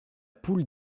poule